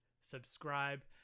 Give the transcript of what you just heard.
subscribe